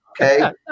Okay